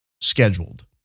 scheduled